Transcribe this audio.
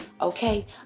Okay